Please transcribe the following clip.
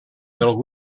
del